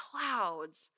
clouds